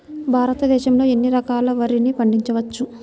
భారతదేశంలో ఎన్ని రకాల వరిని పండించవచ్చు